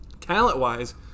talent-wise